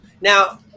Now